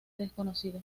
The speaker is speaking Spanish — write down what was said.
desconocido